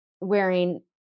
wearing